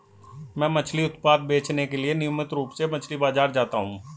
मैं मछली उत्पाद बेचने के लिए नियमित रूप से मछली बाजार जाता हूं